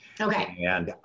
Okay